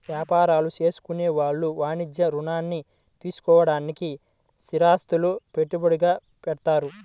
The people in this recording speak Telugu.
యాపారాలు చేసుకునే వాళ్ళు వాణిజ్య రుణాల్ని తీసుకోడానికి స్థిరాస్తులను పెట్టుబడిగా పెడతారు